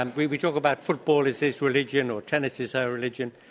and we we talk about football, is this religion or tennis is our religion.